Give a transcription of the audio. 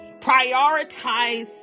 prioritize